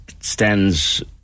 stands